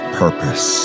purpose